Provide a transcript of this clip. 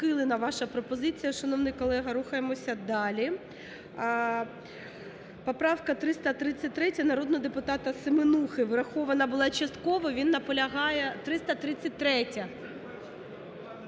Він наполягає… 333-я.